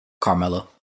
Carmelo